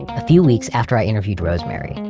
a few weeks after i interviewed rosemary,